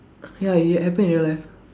ya it happen in real life